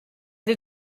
der